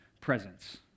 presence